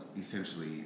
essentially